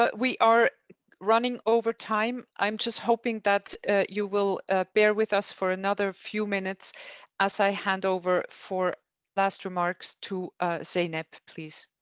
but we are running over time. i'm just hoping that you will bear with us for another few minutes as i hand over for last remarks to ah say please.